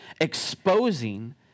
exposing